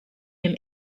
him